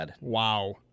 Wow